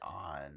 on